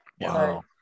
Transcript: Wow